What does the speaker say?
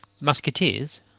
musketeers